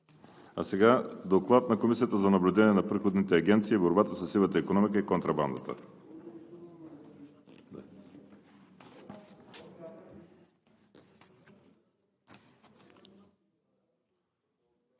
Бойчев. Доклад на Комисията за наблюдение на приходните агенции и борбата със сивата икономика и контрабандата.